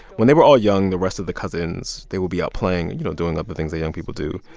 when they were all young, the rest of the cousins, they would be out playing, you know, doing other things that young people do.